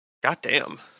Goddamn